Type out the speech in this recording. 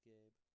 Gabe